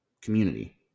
community